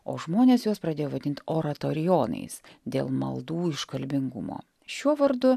o žmonės juos pradėjo vadint oratorijonais dėl maldų iškalbingumo šiuo vardu